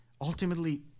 ultimately